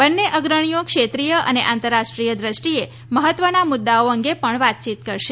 બંને અગ્રણીઓ ક્ષેત્રીય અને આંતરરાષ્ટ્રીય દ્રષ્ટિએ મહત્વના મુદ્દાઓ અંગે પણ વાતચીત કરશે